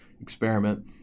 experiment